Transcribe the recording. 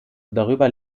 darüber